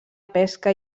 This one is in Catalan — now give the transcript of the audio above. pesca